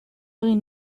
egin